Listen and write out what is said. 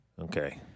Okay